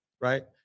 Right